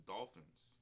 Dolphins